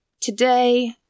Today